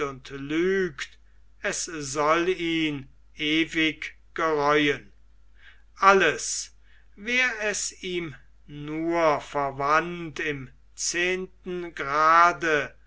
lügt es soll ihn ewig gereuen alles wär es ihm nur verwandt ihm zehenten grade